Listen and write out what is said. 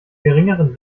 geringeren